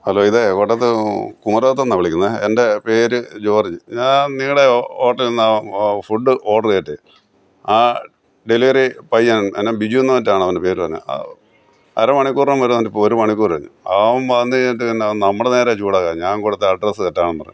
hello ഇതേ കൊടത്ത് നിന്നു കുമാരകത്തു നിന്നു വിളിക്കുന്നത് എൻ്റെ പേര് ജോർജ് ഞാൻ നിങ്ങളുടെ ഹോട്ട്ലിൽ നിന്ന് ഫുഡ് ഓർഡർ ചെയ്തിട്ട് ആ ഡെലിവറി പയ്യൻ ബിജു എന്നോ മറ്റോ ആണ് അവൻ്റെ പേര് വരുന്നത് അര മണിക്കൂറിനകം വരാമെന്ന് പറഞ്ഞിട്ട് ഇപ്പോൾ ഒരു മണിക്കൂറായി അവൻ വന്നിട്ട് ഇപ്പോൾ നമ്മുടെ നേരെ ചൂടാകുക ഞാൻ കൊടുത്ത അഡ്രസ് തെറ്റാന്നും പറഞ്ഞ്